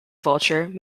vulture